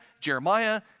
Jeremiah